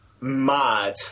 mad